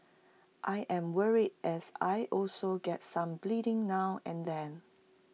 I am worried as I also get some bleeding now and then